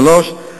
ג.